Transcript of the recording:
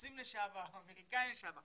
כרוסים לשעבר, כאמריקאים לשעבר.